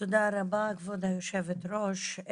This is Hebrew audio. תודה רבה כבוד היושבת ראש.